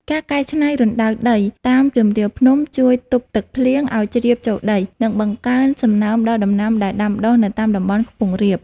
ការកែច្នៃរណ្តៅដីតាមជម្រាលភ្នំជួយទប់ទឹកភ្លៀងឱ្យជ្រាបចូលដី និងបង្កើនសំណើមដល់ដំណាំដែលដាំដុះនៅតាមតំបន់ខ្ពង់រាប។